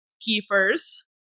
Keepers